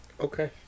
Okay